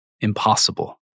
impossible